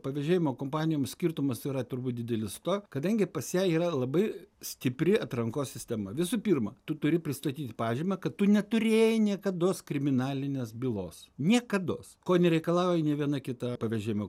pavėžėjimo kompanijom skirtumas yra turbūt didelis to kadangi pas ją yra labai stipri atrankos sistema visų pirma tu turi pristatyti pažymą kad tu neturėjai niekados kriminalinės bylos niekados ko nereikalauja nė viena kita pavėžėjimo